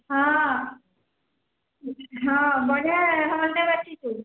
ହଁ ହଁ ବଢ଼ିଆ ହଲ୍ ରେ ବସିକି